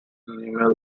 minimal